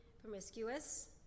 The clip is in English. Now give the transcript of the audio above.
promiscuous